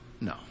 No